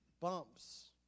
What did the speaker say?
Bumps